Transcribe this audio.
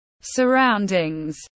surroundings